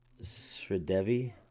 Sridevi